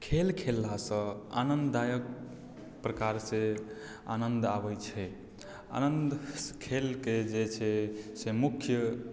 खेल खेललासँ आनन्ददायक प्रकारसँ आनन्द आबैत छै आनन्द खेलके जे छै से मुख्य